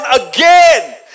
again